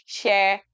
share